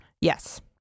Yes